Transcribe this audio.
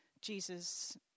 Jesus